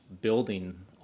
building